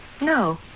No